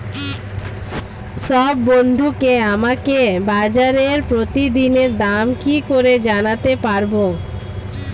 সব বন্ধুকে আমাকে বাজারের প্রতিদিনের দাম কি করে জানাতে পারবো?